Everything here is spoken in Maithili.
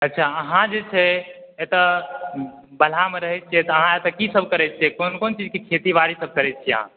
अच्छा अहाँ जे छै एतय बलहामे रहै छियै तऽ अहाँ एतय कीसभ करै छियै क़ोन क़ोन चीजके खेती बारीसभ करै छियै अहाँ